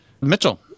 Mitchell